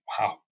Wow